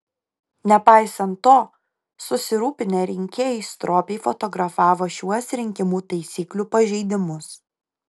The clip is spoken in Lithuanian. nepaisant to susirūpinę rinkėjai stropiai fotografavo šiuos rinkimų taisyklių pažeidimus